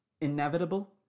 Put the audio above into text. inevitable